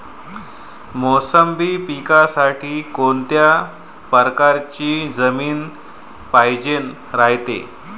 मोसंबी पिकासाठी कोनत्या परकारची जमीन पायजेन रायते?